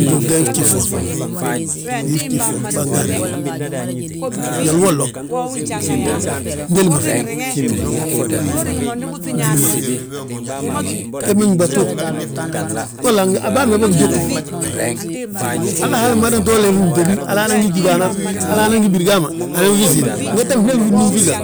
Fntuugde fjif fo, wii fjif fo bâgaa nan bo, njoli wod loŋ fndéli ma fi, fndéli ma fi, gembe gdúbatu, golla a bâa ma ba bijédti gi. Halla ha madan to leefi fntébi, hala nan gí jímbanar, hala nan gí birgama, anan fi siim, ngette fndéli fi fnúm fi ga?